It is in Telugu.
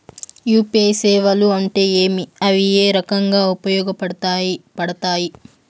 యు.పి.ఐ సేవలు అంటే ఏమి, అవి ఏ రకంగా ఉపయోగపడతాయి పడతాయి?